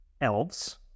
Elves